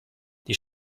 die